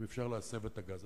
אם אפשר להסב את הגז.